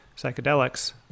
psychedelics